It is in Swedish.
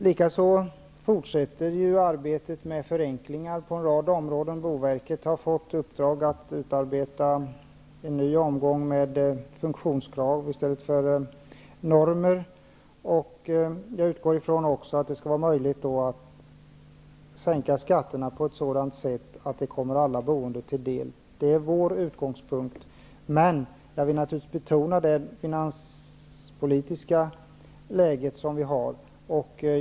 Likaså fortsätter arbetet med förenklingar på en rad områden. Boverket har fått i uppdrag att utarbeta en ny omgång med funktionskrav i stället för normer. Jag utgår från att det skall vara möjligt att sänka skatterna på ett sådant sätt att det kommer alla boende till del. Det är vår utgångspunkt. Men jag vill naturligtvis betona det finansiella läge som vi har.